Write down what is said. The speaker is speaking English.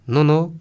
Nono